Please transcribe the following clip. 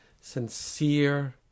sincere